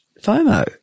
FOMO